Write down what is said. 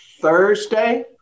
thursday